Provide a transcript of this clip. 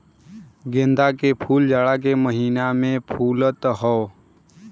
गेंदा के फूल जाड़ा के महिना में खूब फुलत हौ